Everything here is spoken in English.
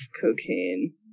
cocaine